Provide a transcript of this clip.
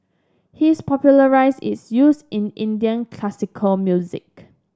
he is popularised its use in Indian classical music